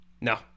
No